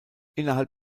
innerhalb